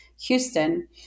Houston